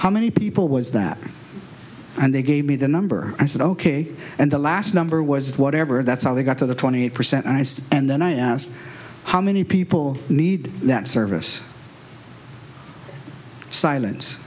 how many people was that and they gave me the number i said ok and the last number was whatever that's how they got to the twenty eight percent i said and then i asked how many people need that service silence